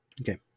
Okay